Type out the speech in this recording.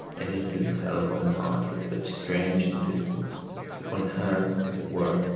and into the cell of one's heart, with such strange insistence that one has, as it were,